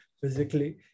physically